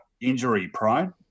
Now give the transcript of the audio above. injury-prone